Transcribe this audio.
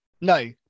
No